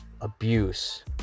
abuse